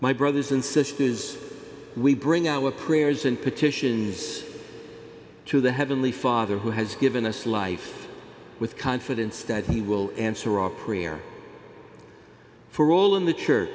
my brothers and sisters we bring our prayers and petitions to the heavenly father who has given us life with confidence that he will answer all prayer for all in the church